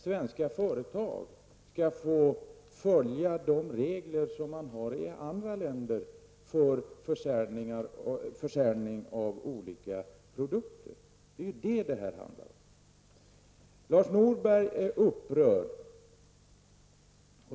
Svenska företag måste följa de regler som man har i andra länder för försäljning av olika produkter. Lars Norberg är upprörd.